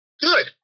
Good